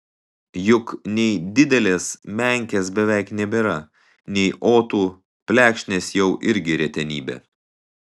juk nei didelės menkės beveik nebėra nei otų plekšnės jau irgi retenybė